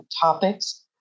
topics